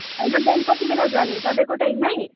होइन बिहान कति बेला जाने सधैँको टाइममै